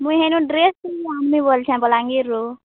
ମୁଇଁ ହେନୁ ଡ୍ରେସ୍ ଆନ୍ମି ବଲୁଛେଁ ବଲାଙ୍ଗୀର୍ରୁ